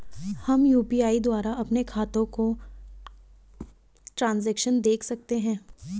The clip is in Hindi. हम यु.पी.आई द्वारा अपने खातों का ट्रैन्ज़ैक्शन देख सकते हैं?